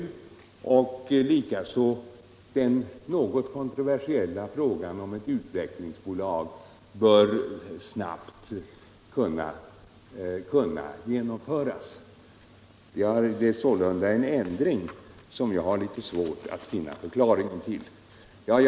Vidare vill man att den något kontroversiella frågan om ct utvecklingsbolag snabbt skall lösas. Det är sålunda en ändring som jag har litet svårt att finna någon förklaring till. Fru talman!